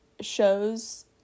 shows